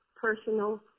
personal